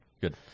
Good